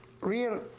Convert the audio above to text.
Real